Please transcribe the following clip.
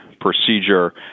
procedure